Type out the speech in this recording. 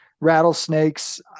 rattlesnakes